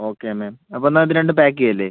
okay ma'am അപ്പോൾ എന്നാൽ അത് രണ്ടും പാക്ക് ചെയ്യുകയല്ലേ